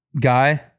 guy